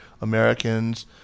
Americans